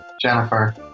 Jennifer